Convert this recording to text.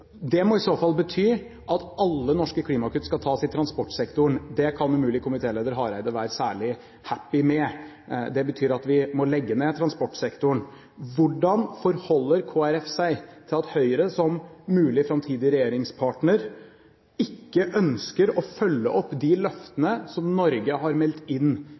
Det må i så fall bety at alle norske klimakutt skal tas i transportsektoren. Det kan komitéleder Hareide umulig være særlig happy med. Det betyr at vi må legge ned transportsektoren. Hvordan forholder Kristelig Folkeparti seg til at Høyre som mulig framtidig regjeringspartner ikke ønsker å følge opp de løftene som Norge har meldt inn